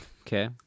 okay